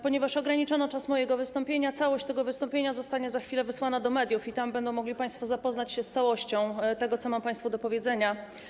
Ponieważ ograniczono czas mojego wystąpienia, całość tego wystąpienia zostanie za chwilę wysłana do mediów i tam będą mogli państwo zapoznać się z całością tego, co mam państwu do powiedzenia.